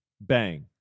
bang